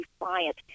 defiant